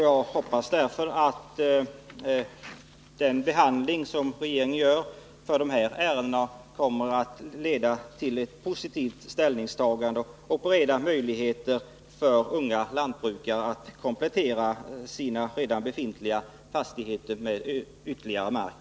Jag hoppas därför att den prövning som regeringen gör av det åktuella ärendet kommer att leda till ett positivt ställningstagande och bereda möjligheter för unga lantbrukare att komplettera sina redan befintliga fastigheter med ytterligare mark.